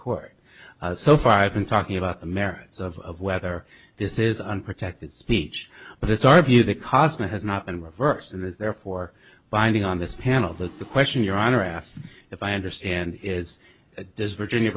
court so far i've been talking about the merits of whether this is unprotected speech but it's our view the cost has not been reversed and is therefore binding on this panel that the question your honor asked if i understand is does virginia